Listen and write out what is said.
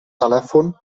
telèfon